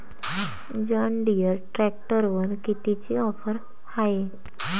John Deere ट्रॅक्टरवर कितीची offer हाये?